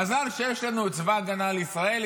מזל שיש לנו את צבא ההגנה לישראל,